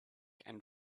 and